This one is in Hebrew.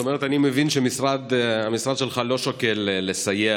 אני מבין שהמשרד שלך לא שוקל לסייע